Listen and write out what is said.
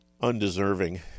undeserving